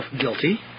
guilty